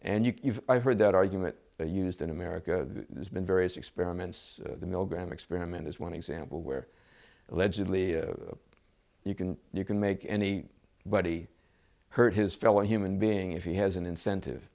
you've heard that argument used in america there's been various experiments the milgram experiment is one example where allegedly you can you can make any buddy hurt his fellow human being if he has an incentive